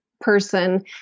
person